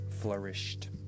flourished